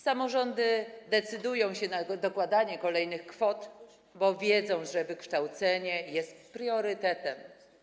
Samorządy decydują się na dokładanie kolejnych kwot, bo wiedzą, że wykształcenie jest priorytetem.